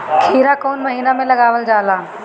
खीरा कौन महीना में लगावल जाला?